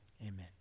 amen